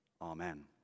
Amen